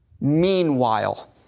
Meanwhile